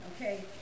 okay